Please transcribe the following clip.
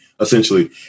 essentially